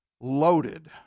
loaded